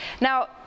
Now